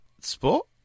Sport